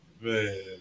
Man